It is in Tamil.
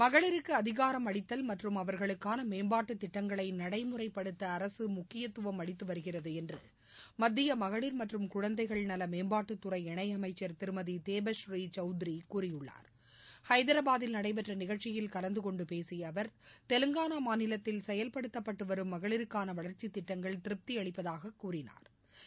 மகளிருக்குஅதிகாரம் அளித்தல் மற்றும் அவர்களுக்கானமேம்பாட்டுத் திட்டங்களைநடைமுறைப்படுத்தஅரகமுக்கியத்துவம் அளித்துவருகிறதுஎன்றுமத்தியமகளிர் மற்றும் குழந்தைகள் நலமேம்பாட்டுத்துறை இணையமைச்சர் திருமதிதேபஸ்ரீ சௌத்ரிகூறியுள்ளார் ஹைதராபாத்தில் நடைபெற்றநிகழ்ச்சியில் கலந்தகொண்டுபேசியஅவா் தெலங்கானாமாநிலத்தில் செயல்படுத்தப்பட்டுவரும் மகளிருக்கானவளா்ச்சித் திட்டங்கள் திருப்தியளிப்பதாககூறினாா்